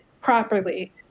properly